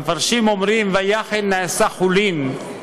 המפרשים אומרים: ויחל: נעשה חולין.